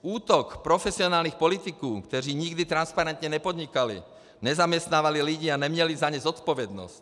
Útok profesionálních politiků, kteří nikdy transparentně nepodnikali, nezaměstnávali lidi a neměli za ně zodpovědnost.